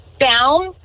down